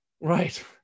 Right